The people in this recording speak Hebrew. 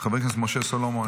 חבר הכנסת משה סלומון,